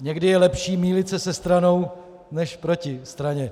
Někdy je lepší mýlit se se stranou než proti straně.